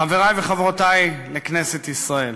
חברי וחברותי לכנסת ישראל,